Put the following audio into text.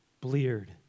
bleared